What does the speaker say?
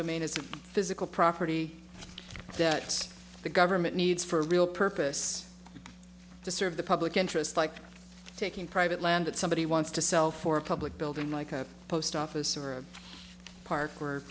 domain as a physical property that the government needs for a real purpose to serve the public interest like taking private land that somebody wants to sell for a public building like a post office or a park or